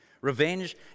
Revenge